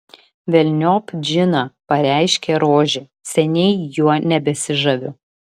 velniop džiną pareiškė rožė seniai juo nebesižaviu